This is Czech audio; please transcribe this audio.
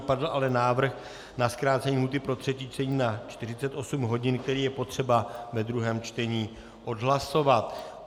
Padl ale návrh na zkrácení lhůty pro třetí čtení na 48 hodin, který je potřeba ve druhém čtení odhlasovat.